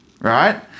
right